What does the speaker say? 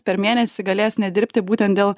per mėnesį galės nedirbti būtent dėl